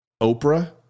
Oprah